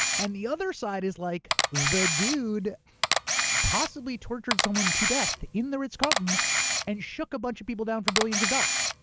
and the other side is like, the dude possibly tortured someone too death in the ritz carlton and shook a bunch of people down for billions of dollars.